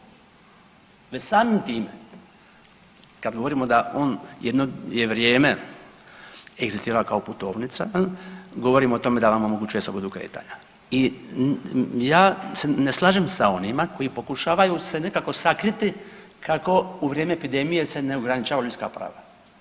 Već samim time kad govorimo da on jedno je vrijeme egzistirao kao putovnica jel, govorimo o tome da vam omogućuje slobodu kretanja i ja se ne slažem sa onima koji pokušavaju se nekako sakriti kako u vrijeme epidemije se ne ograničavaju ljudska prava.